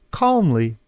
calmly